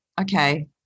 okay